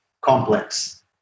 complex